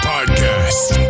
Podcast